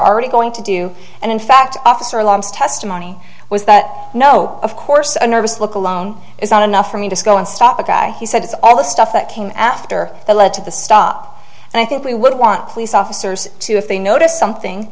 already going to do and in fact officer alarms testimony was that no of course a nervous look alone is not enough for me to go and stop the guy he said it's all the stuff that came after that led to the stop and i think we would want police officers to if they noticed something